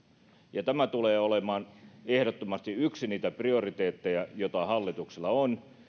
ja tämä tulee olemaan ehdottomasti yksi niitä prioriteetteja joita hallituksella on